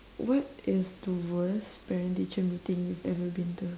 what is the worst parent teacher meeting you've ever been to